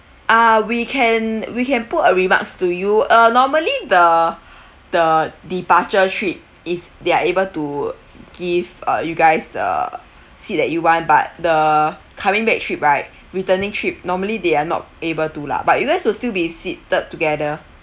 ah we can we can put a remarks to you uh normally the the departure trip is they're able to give uh you guys uh seat that you want but the coming back trip right returning trip normally they are not able to lah but you guys will still be seated together